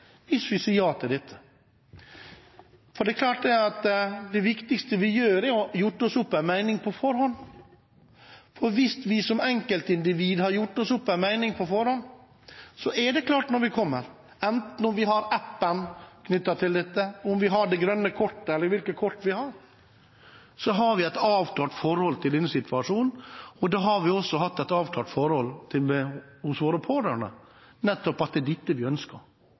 hvis vi sier ja til dette. For det er klart at det viktigste vi gjør, er å ha gjort oss opp en mening på forhånd. Hvis vi som enkeltindivider har gjort oss opp en mening på forhånd, enten vi har appen knyttet til dette, om vi har det grønne kortet eller hvilket kort vi har, så har vi et avklart forhold til denne situasjonen, og da har vi også et avklart forhold hos våre pårørende, at det nettopp er dette vi ønsker.